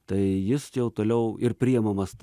tai jis jau toliau ir priimamas